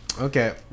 Okay